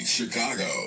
Chicago